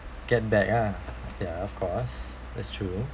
get back ah ya of course that's true